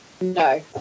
No